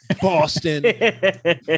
Boston